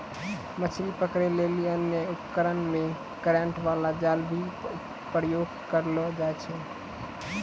मछली पकड़ै लेली अन्य उपकरण मे करेन्ट बाला जाल भी प्रयोग करलो जाय छै